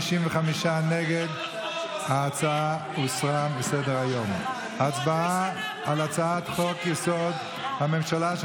ההצעה להעביר לוועדה את הצעת חוק-יסוד: הממשלה (תיקון,